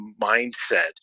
mindset